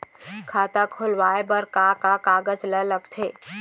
खाता खोलवाये बर का का कागज ल लगथे?